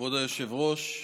כבוד היושב-ראש,